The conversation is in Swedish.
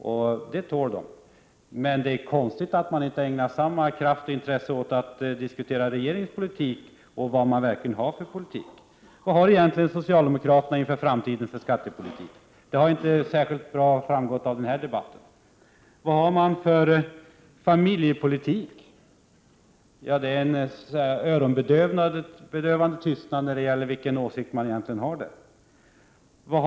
Det tål dessa förslag, men det är konstigt att man inte ägnar samma kraft och intresse åt att diskutera regeringens politik och vad denna egentligen består av. Vad har socialdemokraterna egentligen för skattepolitik inför framtiden? Det har inte framgått särskilt bra av denna debatt. Vad har de för familjepolitik? Det är en öronbedövande tystnad om vilka åsikter de egentligen har på det området.